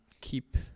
keep